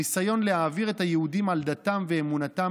הניסיון להעביר את היהודים על דתם ואמונתם